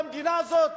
במדינה הזאת,